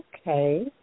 Okay